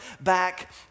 back